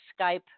Skype